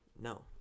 No